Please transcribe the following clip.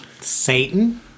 Satan